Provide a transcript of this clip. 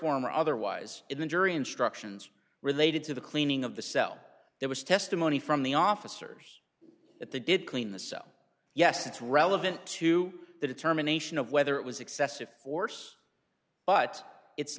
or otherwise in the jury instructions related to the cleaning of the cell there was testimony from the officers that they did clean the so yes it's relevant to the determination of whether it was excessive force but it's